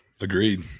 Agreed